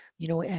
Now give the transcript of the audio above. you know, and